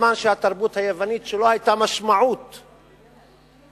בזמן שבתרבות היוונית לא היתה משמעות לאין.